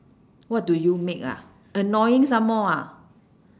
what do you make ah annoying some more ah